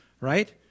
right